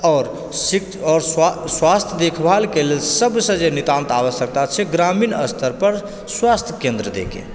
आओर स्वास्थ देखभाल के लेल सभसँ जे नितान्त आवश्यकता छै ग्रामीण स्तरपर स्वास्थ केन्द्र दै के